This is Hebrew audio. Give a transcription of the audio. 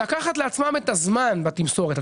ולקחת לעצמם את הזמן בתמסורת.